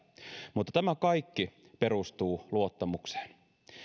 mutta tämä kaikki perustuu luottamukseen